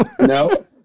no